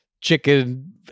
chicken